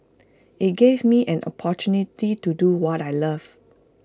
IT gave me an opportunity to do what I love